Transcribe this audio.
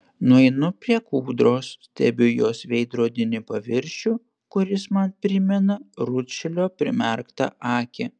nueinu prie kūdros stebiu jos veidrodinį paviršių kuris man primena rūdšilio primerktą akį